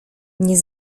nie